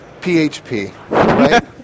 PHP